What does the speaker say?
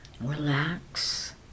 Relax